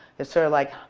it's sort of like,